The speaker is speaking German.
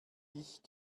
ich